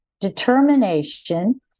determination